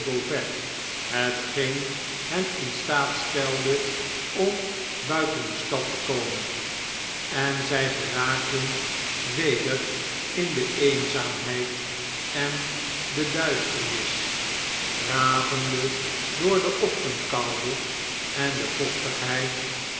hetgeen hen in staat stelde om buiten de stad te komen en zjj geraakten weder in de eenzaamheid en de duisternis dravende door de ochtendkoude en de vochtigheid